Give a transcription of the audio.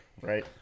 right